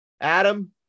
Adam